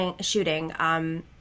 shooting